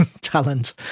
talent